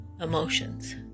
emotions